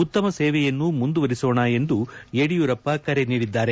ಉತ್ತಮ ಸೇವೆಯನ್ನು ಮುಂದುವರಿಸೋಣ ಎಂದು ಯಡಿಯೂರಪ್ಪ ಕರೆ ನೀಡಿದ್ದಾರೆ